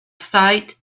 site